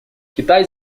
китай